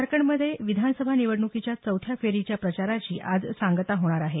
झारखंडमधे विधानसभा निवडणुकीच्या चौथ्या फेरीच्या प्रचाराची आज सांगता होणार आहे